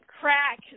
crack